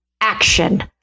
action